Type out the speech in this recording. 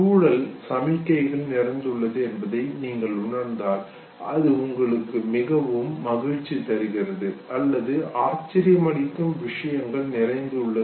சூழல் சமிக்கைகள் நிறைந்துள்ளது என்பதை நீங்கள் உணர்ந்தால் அது உங்களுக்கு மிகவும் மகிழ்ச்சி தருகிறது அல்லது ஆச்சரியமளிக்கும் விஷயங்களால் நிறைந்துள்ளது